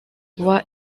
roi